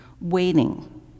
waiting